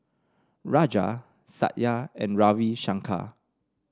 Raja Satya and Ravi Shankar